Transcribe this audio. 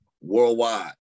Worldwide